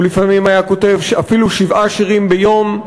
הוא לפעמים היה כותב אפילו שבעה שירים ביום.